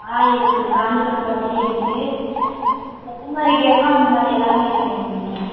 ஆ இருக்குது காஞ்சிபுரம் பட்டில் இருக்குது எந்த மாதிரிக்கி வேணுமோ அந்த மாதிரி எல்லாமே இருக்குது எங்கிட்ட